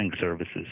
services